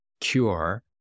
cure